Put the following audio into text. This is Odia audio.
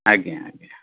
ଆଜ୍ଞା ଆଜ୍ଞା